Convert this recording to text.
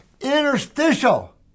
Interstitial